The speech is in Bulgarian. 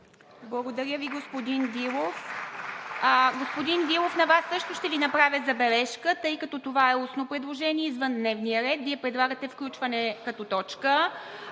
Благодаря Ви, господин Дилов. Господин Дилов, на Вас също ще Ви направя забележка, тъй като това е устно предложение извън дневния ред. Вие предлагате включване като точка...